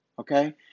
okay